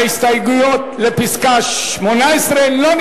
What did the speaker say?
ההסתייגות לא נתקבלה.